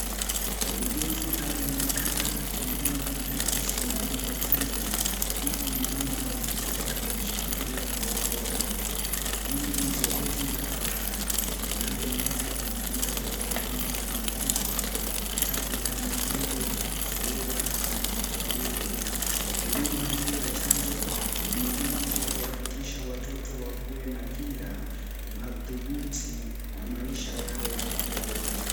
Muuguzi ameonekana akimdunga mtoto sindano ya chanjo, huku mama wa mtoto akimshikilia kwa upole. Hili ni zoezi la afya linalolenga kumkinga mtoto dhidi ya magonjwa hatari kama, polio, surua na kifaduro. Huduma hii ya chanjo ni muhimu kwa kuhakikisha watoto wakuwe na kinga madhubuti na maisha yao ya afya nzuri.